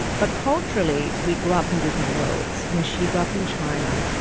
but culturally we grew up in different worlds you know she grew up in china,